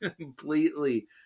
Completely